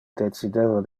decideva